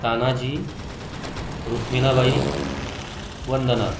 Tanaji Rukhminabai Vandana